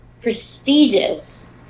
prestigious